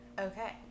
okay